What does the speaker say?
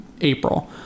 April